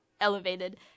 elevated